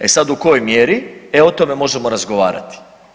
E sad u kojoj mjeri, e o tome možemo razgovarati.